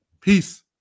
Peace